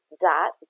dot